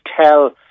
tell